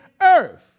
earth